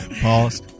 Pause